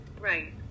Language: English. Right